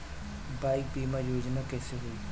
Bike बीमा योजना कैसे होई?